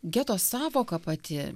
geto sąvoka pati